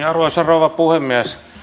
arvoisa rouva puhemies